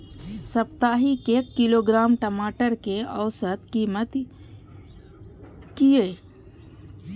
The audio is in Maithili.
साप्ताहिक एक किलोग्राम टमाटर कै औसत कीमत किए?